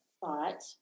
thought